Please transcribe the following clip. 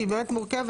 שהיא באמת מורכבת.